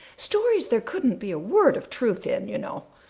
stories there couldn't be a word of truth in, you know.